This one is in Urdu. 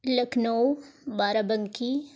لکھنؤ بارابنکی